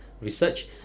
research